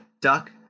duck